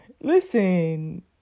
Listen